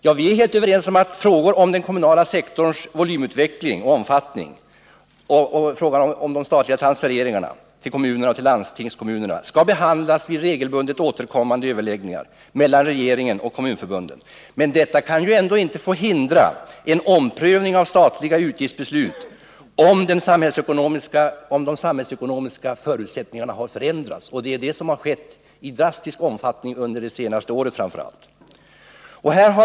Ja, vi är helt överens om att frågor om den kommunala sektorns volymutveckling och omfattning och om de statliga transfereringarna till kommunerna och landstingskommunerna skall behandlas i regelbundet återkommande överläggningar mellan regeringen och kommunförbunden. Men detta kan ändå inte få hindra en omprövning av statliga utgiftsbeslut, om de samhällsekonomiska förutsättningarna har förändrats, och det har skett i drastisk omfattning, framför allt under det senaste året.